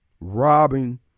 robbing